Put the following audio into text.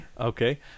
okay